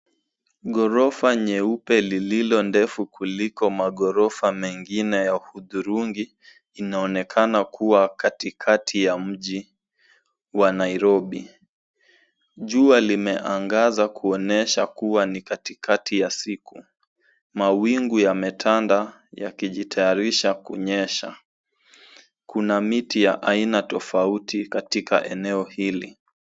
Ghorofa nyeupe lililo ndefu kuliko maghorofa mengine ya hudhurungi inaonekana kuwa katikati ya mji wa Nairobi. Jua limeangaza kuonyesha kuwa ni katikati ya siku. Mawingu yametanda yakijitayarisha kunyesha. Kuna miti ya aina tofauti katika eneo hili.